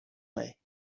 way